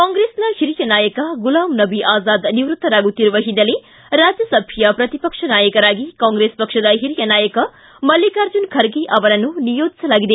ಕಾಂಗ್ರೆಸ್ನ ಹಿರಿಯ ನಾಯಕ ಗುಲಾಂ ನಬಿ ಆಜಾದ್ ನಿವೃತ್ತರಾಗುತ್ತಿರುವ ಹಿನ್ನೆಲೆ ರಾಜ್ಯಸಭೆಯ ಪ್ರತಿಪಕ್ಷ ನಾಯಕರಾಗಿ ಕಾಂಗ್ರೆಸ್ ಪಕ್ಷದ ಹಿರಿಯ ನಾಯಕ ಮಲ್ಲಿಕಾರ್ಜುನ ಖರ್ಗೆ ಅವರನ್ನು ನಿಯೋಜಿಸಲಾಗಿದೆ